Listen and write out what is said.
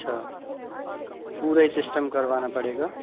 अच्छा पूरे ही सिस्टम करवाना पड़ेगा